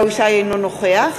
אינו נוכח